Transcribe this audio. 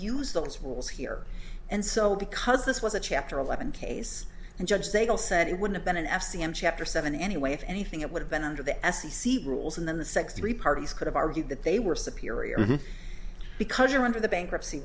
use those rules here and so because this was a chapter eleven case and judge they all said it would have been an f c in chapter seven anyway if anything it would have been under the f c c rules and then the six three parties could have argued that they were superior because you're under the bankruptcy